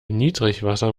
niedrigwasser